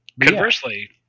Conversely